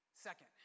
Second